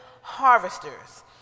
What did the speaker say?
harvesters